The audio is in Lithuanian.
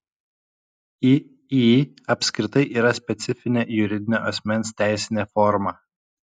iį apskritai yra specifinė juridinio asmens teisinė forma